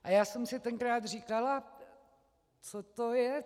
A já jsem si tenkrát říkala: Co to je?